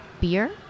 beer